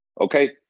Okay